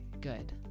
Good